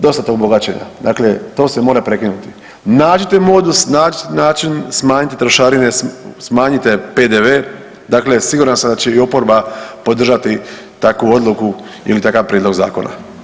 Dosta tog bogaćenja dakle to se mora prekinuti, nađite modus, nađite način, smanjite trošarine, smanjite PDV, dakle siguran sam da će i oporba podržati takvu odluku ili takav prijedlog zakona.